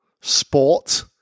sport